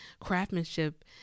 craftsmanship